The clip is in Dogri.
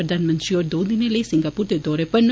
प्रधानमंत्री होरें दो दिन लेई सिंगापुर दे दौरे उप्पर न